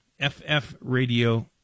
ffradio